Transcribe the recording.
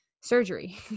surgery